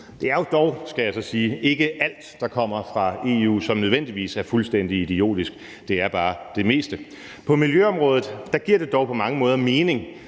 jeg så sige, ikke alt, der kommer fra EU, som nødvendigvis er fuldstændig idiotisk – det er bare det meste. På miljøområdet giver det dog på mange måder mening